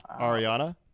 Ariana